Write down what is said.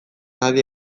adi